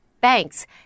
banks